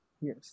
yes